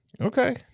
Okay